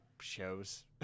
shows